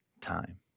time